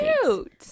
cute